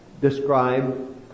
describe